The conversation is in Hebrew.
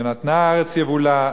ונתנה הארץ יבולה,